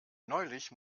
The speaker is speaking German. neulich